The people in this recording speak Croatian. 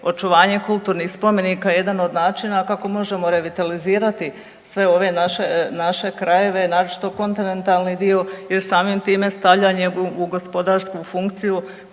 očuvanje kulturnih spomenika jedan od načina kako možemo revitalizirati sve ove naše krajeve, naročito kontinentalni dio jer samim tim stavljanje u gospodarsku funkciju